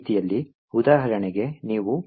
ಇದೇ ರೀತಿಯಲ್ಲಿ ಉದಾಹರಣೆಗೆ ನೀವು